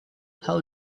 how